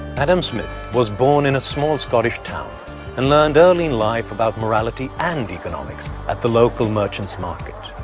adam smith was born in a small scottish town and learned early in life about morality and economics at the local merchants' market.